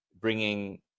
bringing